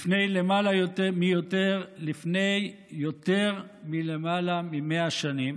לפני יותר ממאה שנים,